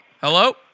Hello